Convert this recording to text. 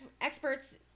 experts